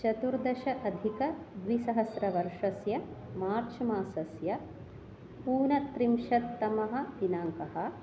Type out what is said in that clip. चतुर्दशाधिकद्विसहस्रवर्षस्य March मासस्य ऊनत्रिंशत्तमः दिनाङ्कः